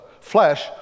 flesh